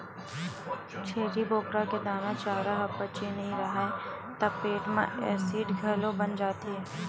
छेरी बोकरा के दाना, चारा ह पचे नइ राहय त पेट म एसिड घलो बन जाथे